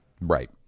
right